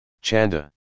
Chanda